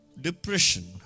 Depression